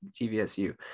GVSU